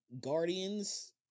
Guardians